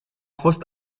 fost